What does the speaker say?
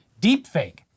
deepfake